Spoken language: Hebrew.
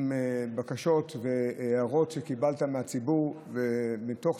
עם בקשות והערות שקיבלת מהציבור ומתוך,